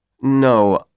No